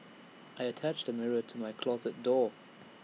I attached A mirror to my closet door